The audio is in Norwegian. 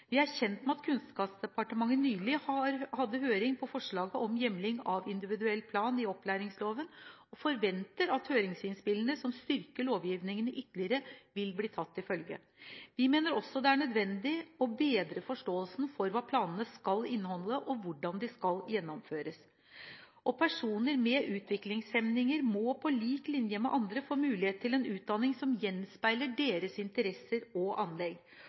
Vi er kjent med at Kunnskapsdepartementet nylig hadde høring på forslaget om hjemling av individuell plan i opplæringsloven, og forventer at høringsinnspillene som styrker lovgivningen ytterligere, vil bli tatt til følge. Vi mener også det er nødvendig å bedre forståelsen for hva planene skal inneholde, og hvordan de skal gjennomføres. Personer med utviklingshemninger må på lik linje med andre få mulighet til en utdanning som gjenspeiler deres interesser og anlegg.